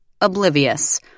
oblivious